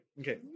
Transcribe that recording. Okay